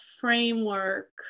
framework